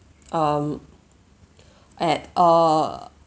um at err